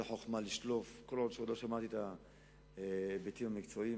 זאת לא חוכמה לשלוף כל עוד לא שמעתי את ההיבטים המקצועיים.